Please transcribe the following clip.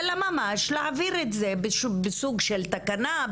אלא ממש להעביר את זה בסוג של תקנה.